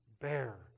bear